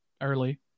early